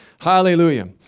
Hallelujah